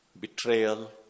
betrayal